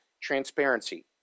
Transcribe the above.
transparency